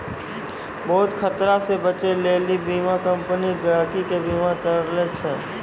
बहुते खतरा से बचै लेली बीमा कम्पनी गहकि के बीमा करै छै